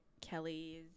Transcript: kelly's